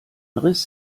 riss